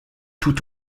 tout